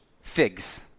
figs